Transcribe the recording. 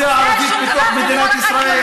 האוכלוסייה הערבית בתוך מדינת ישראל,